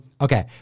Okay